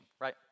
right